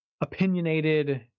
opinionated